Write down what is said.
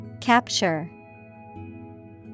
Capture